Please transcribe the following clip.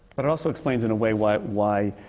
but it also explains, in a way, why why